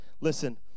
Listen